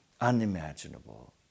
unimaginable